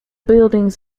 buildings